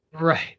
right